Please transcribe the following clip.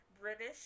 British